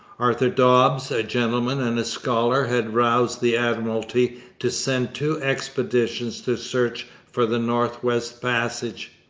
arthur dobbs, a gentleman and a scholar, had roused the admiralty to send two expeditions to search for the north-west passage.